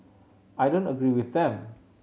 I don't agree with them